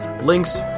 links